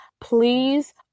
please